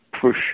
push